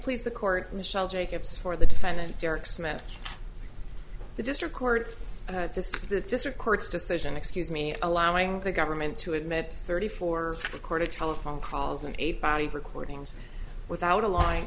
please the court michelle jacobs for the defendant derek smith the district court despite the district court's decision excuse me allowing the government to admit thirty four recorded telephone calls and eight body recordings without a lyin